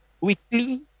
weekly